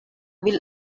will